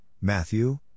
Matthew